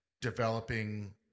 developing –